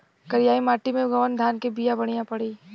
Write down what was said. करियाई माटी मे कवन धान के बिया बढ़ियां पड़ी?